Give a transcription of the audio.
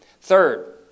Third